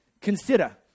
consider